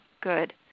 good